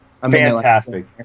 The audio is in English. fantastic